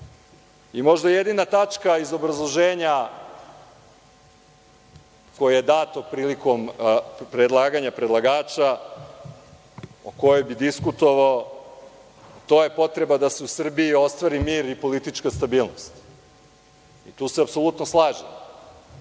jedina tačka iz obrazloženja koje je dato prilikom predlaganja predlagača o kojoj bih diskutovao, to je potreba da se u Srbiji ostvari mir i politička stabilnost. Tu se apsolutno slažem